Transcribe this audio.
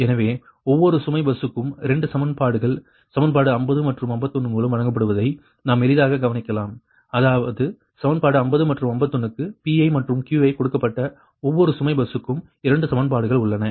எனவே ஒவ்வொரு சுமை பஸ்ஸுக்கும் 2 சமன்பாடுகள் சமன்பாடு 50 மற்றும் 51 மூலம் வழங்கப்படுவதை நாம் எளிதாகக் கவனிக்கலாம் அதாவது சமன்பாடு 50 மற்றும் 51 க்கு Pi மற்றும் Qiகொடுக்கப்பட்ட ஒவ்வொரு சுமை பஸ்ஸுக்கும் 2 சமன்பாடுகள் உள்ளன